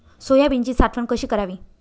सोयाबीनची साठवण कशी करावी?